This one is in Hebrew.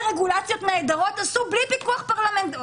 רגולציות נהדרות עשו בלי פיקוח פרלמנטרי,